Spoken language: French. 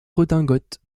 redingotes